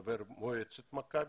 חבר מועצת מכבי.